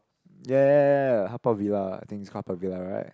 ya ya ya ya ya Haw Par-Villa I think it's Haw Par-Villa right